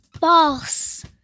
False